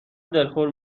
دلخور